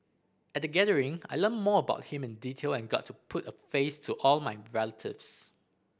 at the gathering I learnt more about him in detail and got to put a face to all my relatives